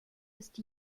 ist